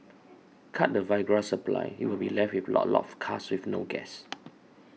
cut the Viagra supply you'll be left with a lot of cars with no gas